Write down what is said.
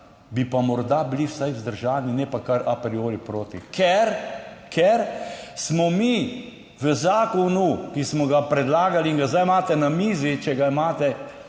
bi pa morda bili vsaj vzdržani, ne pa kar a priori proti. Ker smo mi v zakonu, ki smo ga predlagali in ga zdaj imate na mizi, če ga imate,